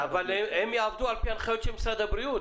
אבל הם יעבדו על פי ההנחיות של משרד הבריאות,